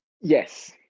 Yes